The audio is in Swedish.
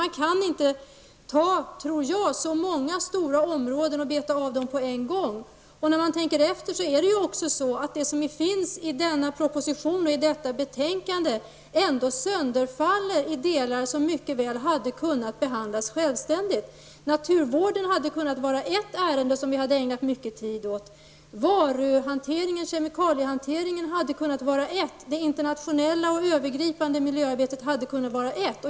Jag tror att man inte kan beta av så många områden på en gång. När man tänker efter, visar det sig också att det som finns i denna proposition och i detta betänkande ändå sönderfaller i delar som mycket väl hade kunnat behandlas självständigt. Naturvården hade kunnat vara ett ärende som vi kunnat ägna mycken tid åt. Varuhanteringen -- kemikaliehanteringen -- hade kunnat vara ett ärende, och det internationella och övergripande miljöarbetet hade kunnat vara ett.